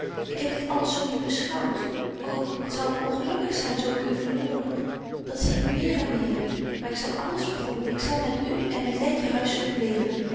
ik heb dit alles zo niet beschouwt ô wat zou ik ongelukkig zyn zo ik u verloor dat zie ik meer en meer maar ik zal alles vergoeden ik zal met u en met letje huisselyk leven